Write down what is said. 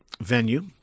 venue